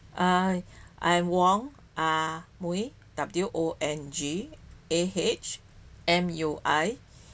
ah I am Wong Ah Mui W O N G A H M U I